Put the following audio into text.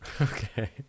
Okay